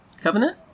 Covenant